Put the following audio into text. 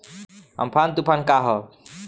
Amphan तुफान का ह?